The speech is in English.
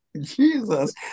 Jesus